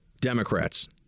Democrats